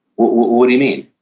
what do you mean?